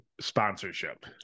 Sponsorship